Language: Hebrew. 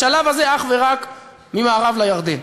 בשלב הזה אך ורק ממערב לירדן.